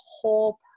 whole